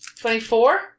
twenty-four